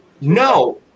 No